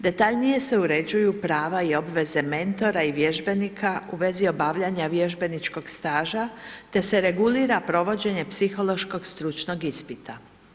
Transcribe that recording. Detaljnije se uređuju prava i obveze mentora i vježbenika u vezi obavljanja vježbeničkog staža, te se regulira provođenje psihološkog stručnog ispita.